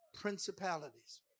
Principalities